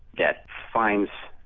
that finds